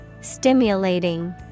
stimulating